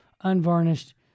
unvarnished